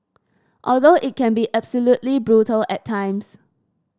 although it can be absolutely brutal at times